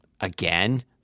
Again